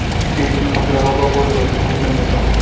digital मुद्राओं का कोई भौतिक रूप नहीं होता